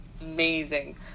amazing